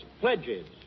pledges